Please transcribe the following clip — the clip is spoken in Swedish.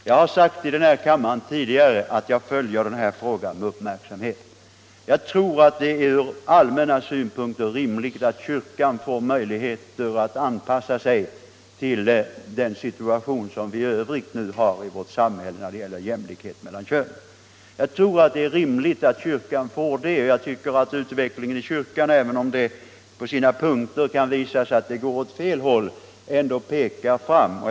Jag har sagt tidigare i denna kammare att jag följer frågan med uppmärksamhet. Jag tror att det från allmänna synpunkter är rimligt att kyrkan får möjlighet att anpassa sig till den situation som vi i övrigt har i vårt samhälle när det gäller jämlikhet mellan könen. Även om utvecklingen inom kyrkan på vissa punkter kan tyckas gå åt fel håll, pekar den ändå på det hela taget framåt.